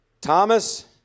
Thomas